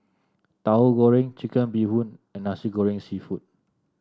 Tauhu Goreng Chicken Bee Hoon and Nasi Goreng seafood